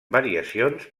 variacions